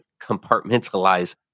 compartmentalize